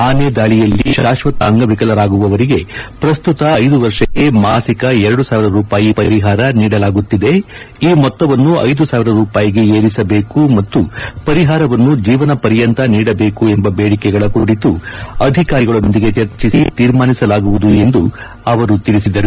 ಆನೆ ದಾಳಿಯಲ್ಲಿ ಶಾಶ್ವತ ಅಂಗವಿಕಲರಾಗುವವರಿಗೆ ಪ್ರಸ್ತುತ ಐದು ವರ್ಷಕ್ಕೆ ಮಾಸಿಕ ಎರಡು ಸಾವಿರ ರೂಪಾಯಿ ನೀಡಲಾಗುತ್ತಿದೆ ಈ ಮೊತ್ತವನ್ನು ಐದು ಸಾವಿರ ರೂಪಾಯಿಗೆ ಏರಿಸಬೇಕು ಮತ್ತು ಪರಿಹಾರವನ್ನು ಜೀವನ ಪರ್ಯಂತ ನೀಡಬೇಕು ಎಂಬ ಬೇಡಿಕೆಗಳ ಕುರಿತು ಅಧಿಕಾರಿಗಳೊಂದಿಗೆ ಚರ್ಚೆಸಿ ತೀರ್ಮಾನಿಸಲಾಗುವುದು ಎಂದು ಅವರು ತಿಳಿಸಿದರು